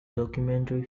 documentary